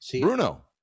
Bruno